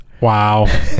Wow